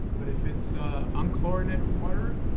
but if it's unchlorinated water,